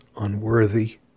unworthy